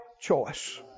choice